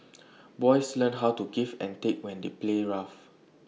boys learn how to give and take when they play rough